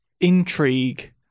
intrigue